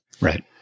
Right